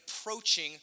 approaching